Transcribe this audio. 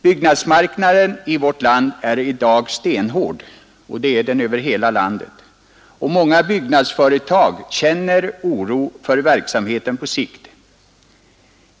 Byggnadsmarknaden är i dag stenhård över hela landet, och många byggnadsföretag känner oro för verksamheten på sikt.